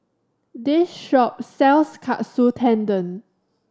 this shop sells Katsu Tendon